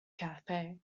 cafe